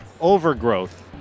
overgrowth